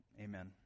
Amen